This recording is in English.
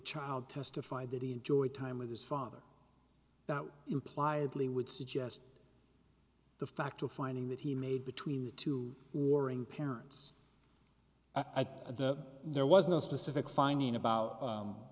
child testified that he enjoyed time with his father that implied lee would suggest the fact of finding that he made between the two warring parents at the there was no specific finding about